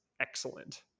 excellent